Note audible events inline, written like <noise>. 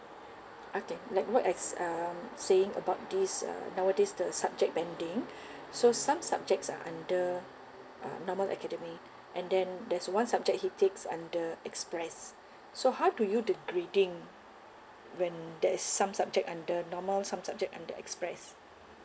okay like what I s~ um saying about this uh now a days the subject banding <breath> so some subjects are under um normal academic and then there's one subject he takes under express <breath> so how do you did grading when there is some subject under normal some subject under express